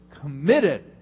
committed